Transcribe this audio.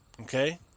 Okay